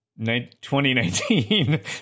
2019